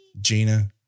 Gina